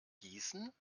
gießen